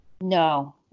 No